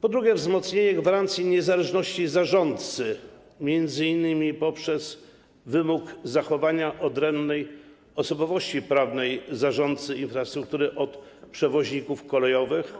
Po drugie, wzmocnienie gwarancji niezależności zarządcy, m.in. poprzez wymóg zachowania odrębnej osobowości prawnej zarządcy infrastruktury od przewoźników kolejowych,